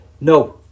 No